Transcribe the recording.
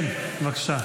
כן, בבקשה.